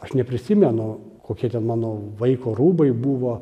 aš neprisimenu kokie ten mano vaiko rūbai buvo